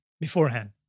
beforehand